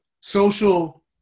Social